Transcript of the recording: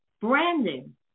branding